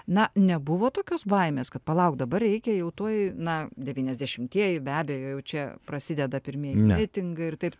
na nebuvo tokios baimės kad palauk dabar reikia jau tuoj na devyniasdešimtieji be abejo jau čia prasideda pirmieji